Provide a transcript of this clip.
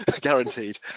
guaranteed